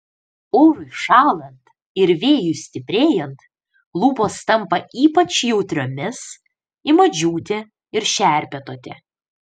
orui šąlant ir vėjui stiprėjant lūpos tampa ypač jautriomis ima džiūti ir šerpetoti